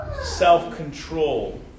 self-control